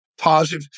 positive